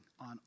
on